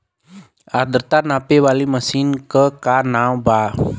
आद्रता नापे वाली मशीन क का नाव बा?